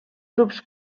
grups